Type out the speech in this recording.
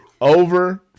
over